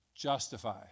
justify